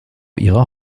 ihrer